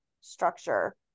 structure